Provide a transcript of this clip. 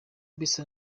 bisa